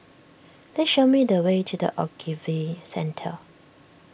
please show me the way to the Ogilvy Centre